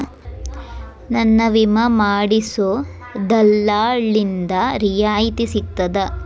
ನನ್ನ ವಿಮಾ ಮಾಡಿಸೊ ದಲ್ಲಾಳಿಂದ ರಿಯಾಯಿತಿ ಸಿಗ್ತದಾ?